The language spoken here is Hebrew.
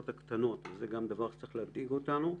הקטנות וזה גם דבר שצריך להדאיג אותנו,